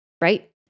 right